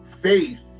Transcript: Faith